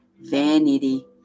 vanity